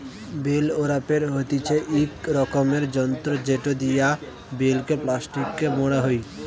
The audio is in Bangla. বেল ওরাপের হতিছে ইক রকমের যন্ত্র জেটো দিয়া বেল কে প্লাস্টিকে মোড়া হই